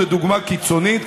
זה דוגמה קיצונית,